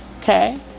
Okay